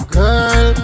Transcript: girl